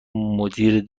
مدیر